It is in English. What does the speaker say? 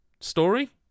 story